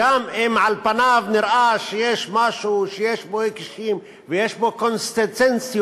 גם אם על פניו נראה שיש משהו שיש בו היקשים ויש בו קונסיסטנטיות,